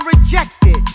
rejected